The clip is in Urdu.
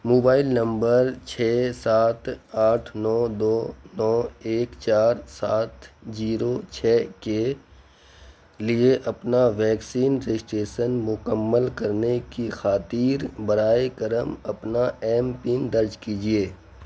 موبائل نمبر چھ سات آٹھ نو دو نو ایک چار سات جیرو چھ کے لیے اپنا ویکسین رجسٹریسن مکمل کرنے کی خاطر برائے کرم اپنا ایم پن درج کیجیے